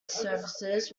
services